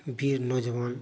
वीर नौजवान